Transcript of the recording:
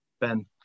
Ben